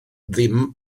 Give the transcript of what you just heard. ddim